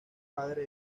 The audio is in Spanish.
padre